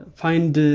find